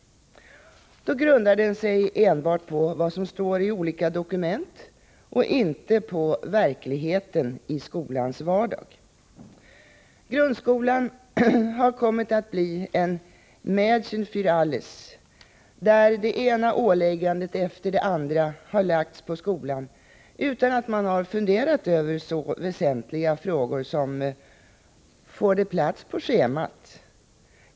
Då grundar den sig enbart på vad som står i olika dokument och inte på verkligheten i skolans vardag. Grundskolan har kommit att bli en ”Mädchen fär alles”, där det ena åläggandet efter det andra lagts på skolan, utan att man funderat över så väsentliga frågor som: Får det plats på schemat?